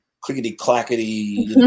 clickety-clackety